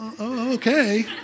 okay